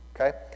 Okay